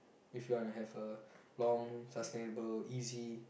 if you wanna have a long sustainable easy